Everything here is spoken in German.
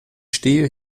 stehe